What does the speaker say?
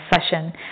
session